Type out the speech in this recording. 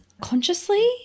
consciously